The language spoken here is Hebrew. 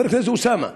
חבר הכנסת אוסאמה,